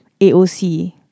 AOC